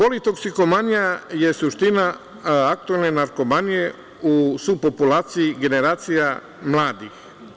Politoksikomanija je suština aktuelne narkomanije u subpopulaciji generacija mladih.